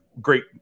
great